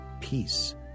peace